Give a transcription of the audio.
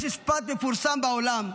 יש משפט מפורסם בעולם,